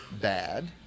bad